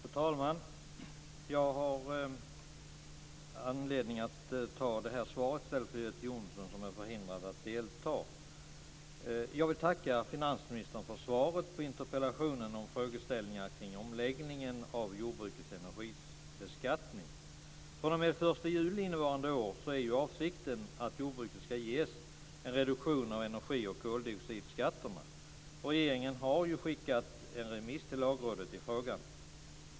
Fru talman! Jag har anledning att ta emot det här svaret i stället för Göte Jonsson, som är förhindrad att delta. Jag vill tacka finansministern för svaret på interpellationen om frågeställningar kring omläggningen av jordbrukets energibeskattning. fr.o.m. den 1 juli innevarande år är avsikten att jordbruket ska ges en reduktion av energi och koldioxidskatterna. Regeringen har skickat en remiss till Lagrådet i frågan.